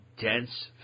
dense